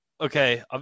okay